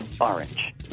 Orange